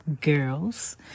girls